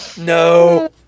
No